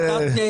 הפסקה?